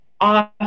off